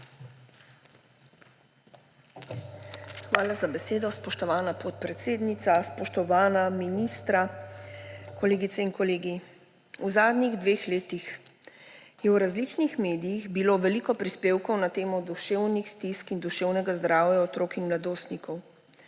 Hvala za besedo, spoštovana podpredsednica. Spoštovana ministra, kolegice in kolegi! V zadnjih dveh letih je v različnih medijih bilo veliko prispevkov na temo duševnih stisk in duševnega zdravja otrok in mladostnikov.